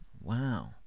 wow